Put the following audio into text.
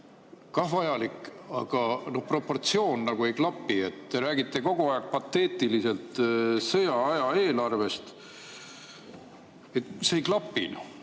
Kah vajalik, aga proportsioon nagu ei klapi. Te räägite kogu aeg pateetiliselt sõjaaja eelarvest. See ei klapi.